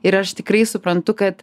ir aš tikrai suprantu kad